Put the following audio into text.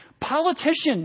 Politicians